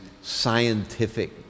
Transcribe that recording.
scientific